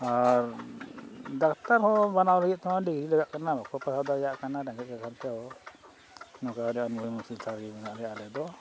ᱟᱨ doctor ᱦᱚᱸ ᱵᱟᱱᱟᱣ ᱞᱟᱹᱜᱤᱫ ᱛᱮᱦᱚᱸ ᱰᱤᱜᱽᱨᱤ ᱞᱟᱜᱟᱜ ᱠᱟᱱᱟ ᱵᱟᱠᱚ ᱯᱟᱲᱦᱟᱣ ᱫᱟᱲᱮᱭᱟᱜ ᱠᱟᱱᱟ ᱨᱮᱸᱜᱮᱡ ᱠᱟᱛᱷᱟ ᱛᱮᱦᱚᱸ ᱱᱚᱝᱠᱟ ᱢᱚᱦᱤ ᱢᱩᱥᱤᱛᱷᱟ ᱜᱮ ᱢᱮᱱᱟᱜ ᱟᱞᱮ ᱫᱚ